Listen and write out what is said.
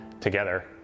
together